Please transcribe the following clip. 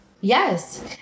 Yes